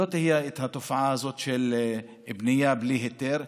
לא תהיה התופעה הזאת של בנייה בלי היתר.